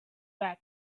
bag